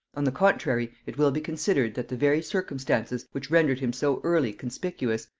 on the contrary, it will be considered, that the very circumstances which rendered him so early conspicuous,